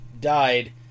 died